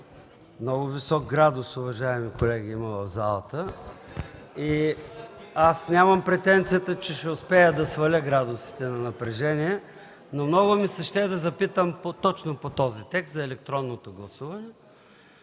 Много висок градус, уважаеми колеги, има в залата. Аз нямам претенцията, че ще успея да сваля градусите на напрежение, но много ми се ще да запитам точно по този текст – за електронното гласуване.